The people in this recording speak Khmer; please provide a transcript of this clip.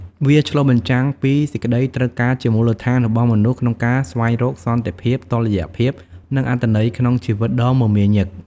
វាឆ្លុះបញ្ចាំងពី សេចក្ដីត្រូវការជាមូលដ្ឋានរបស់មនុស្សក្នុងការស្វែងរកសុវត្ថិភាព តុល្យភាព និងអត្ថន័យ ក្នុងជីវិតដ៏មមាញឹក។